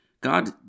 God